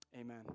Amen